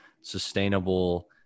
sustainable